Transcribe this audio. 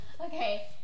Okay